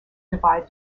divide